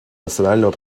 национального